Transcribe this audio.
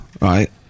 right